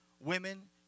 women